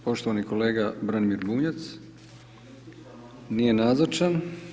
Poštovani kolega Branimir Bunjac, nije nazočan.